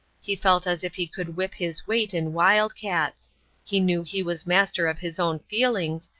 he felt as if he could whip his weight in wildcats he knew he was master of his own feelings,